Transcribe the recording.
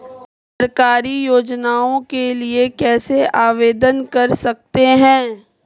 सरकारी योजनाओं के लिए कैसे आवेदन कर सकते हैं?